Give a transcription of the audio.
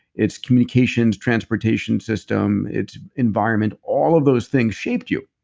its communications, transportation system, its environment, all of those things shaped you.